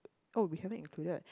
oh we haven't included